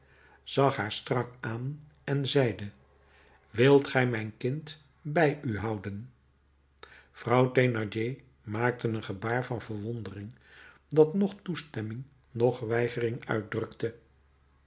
zag haar strak aan en zeide wilt gij mijn kind bij u houden vrouw thénardier maakte een gebaar van verwondering dat noch toestemming noch weigering uitdrukte